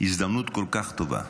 הזדמנות כל כך טובה.